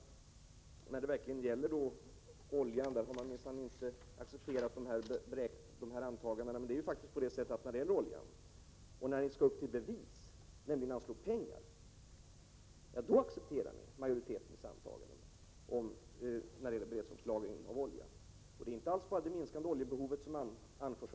Lennart Brunander säger att centerpartiet minsann inte har accepterat de antaganden som har gjorts när det gäller olja. Men när ni skall upp till bevis, när det gäller att anslå pengar, då accepterar ni majoritetens antaganden beträffande beredskapslagringen av olja. Då är det inte bara det minskande oljebehovet som anförs.